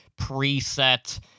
preset